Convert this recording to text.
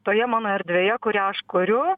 toje mano erdvėje kurią aš kuriu